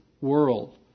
world